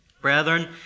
Brethren